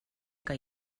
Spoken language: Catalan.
que